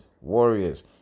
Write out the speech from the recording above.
Warriors